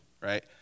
right